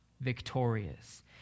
Victorious